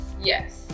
Yes